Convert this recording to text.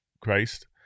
christ